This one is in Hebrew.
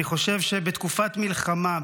אני חושב שבתקופת מלחמה,